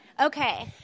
Okay